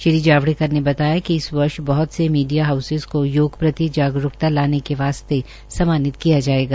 श्री जावड़ेकर ने बताया कि इस वर्ष बहुत से मीडिया हाउसेज को योग प्रति जागरुकता लाने के वास्ते सम्मानित किया जाएगा